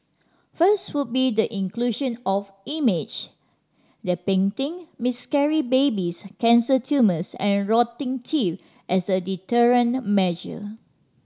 first would be the inclusion of image depicting miscarried babies cancer tumours and rotting teeth as a deterrent measure